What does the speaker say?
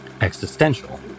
existential